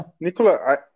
Nicola